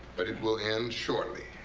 but it will end shortly,